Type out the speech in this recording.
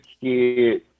Kid